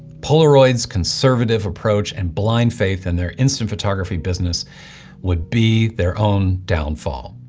polaroid's conservative approach and blind faith in their instant photography business would be their own downfall.